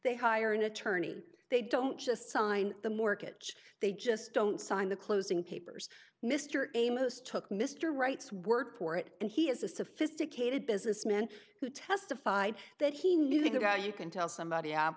they hire an attorney they don't just sign the mortgage they just don't sign the closing papers mr ramos took mr wright's word for it and he has a sophisticated businessman who testified that he knew the guy you can tell somebody i'm